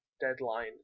deadline